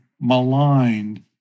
maligned